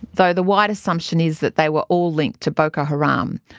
though the wide assumption is that they were all linked to boko haram.